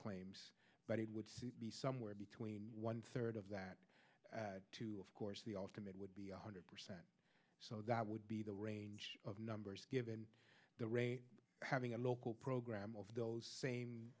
claims but it would be somewhere between one third of that of course the ultimate would be one hundred percent so that would be the range of numbers given that having a local program of those same